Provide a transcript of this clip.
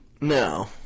No